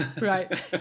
right